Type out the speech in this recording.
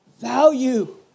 Value